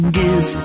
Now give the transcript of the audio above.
give